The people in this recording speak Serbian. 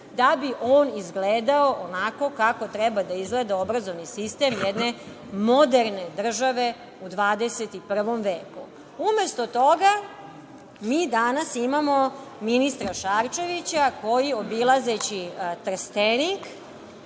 da bi on izgledao onako kako treba da izgleda obrazovni sistem jedne moderne države u 21. veku. Umesto toga, mi danas imamo ministra Šarčevića koji, obilazeći Trstenik,